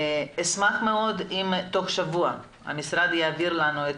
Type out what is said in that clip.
אשמח מאוד אם תוך שבוע המשרד יעביר לנו את